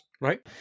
Right